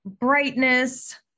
brightness